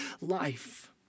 life